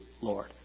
Lord